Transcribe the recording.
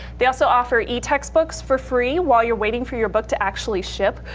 they also offer e-textbooks for free while you're waiting for your book to actually ship,